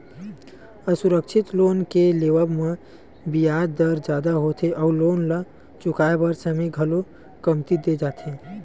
असुरक्छित लोन के लेवब म बियाज दर जादा होथे अउ लोन ल चुकाए बर समे घलो कमती दे जाथे